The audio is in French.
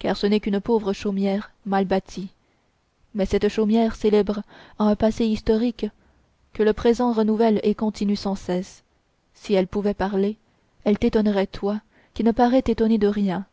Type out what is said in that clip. car ce n'est qu'une pauvre chaumière mal bâtie mais cette chaumière célèbre a un passé historique que le présent renouvelle et continue sans cesse si elle pouvait parler elle t'étonnerait toi qui me parais ne t'étonner de rien